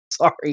Sorry